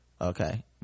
okay